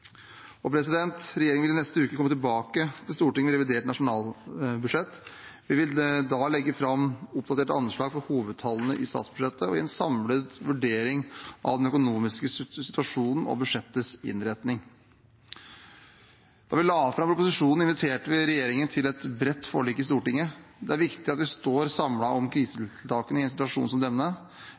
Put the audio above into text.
Regjeringen vil i neste uke komme tilbake til Stortinget med revidert nasjonalbudsjett. Vi vil da legge fram oppdaterte anslag for hovedtallene i statsbudsjettet og gi en samlet vurdering av den økonomiske situasjonen og budsjettets innretning. Da vi la fram proposisjonen, inviterte regjeringen til et bredt forlik i Stortinget. Det er viktig at vi står samlet om krisetiltakene i en situasjon som denne.